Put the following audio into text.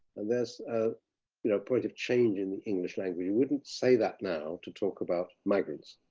and there's a you know point of change in the english language, you wouldn't say that now to talk about migrants.